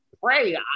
pray